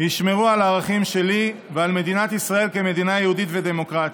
ישמרו על הערכים שלי ועל מדינת ישראל כמדינה יהודית ודמוקרטית,